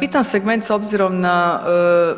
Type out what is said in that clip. Bitan segment s obzirom na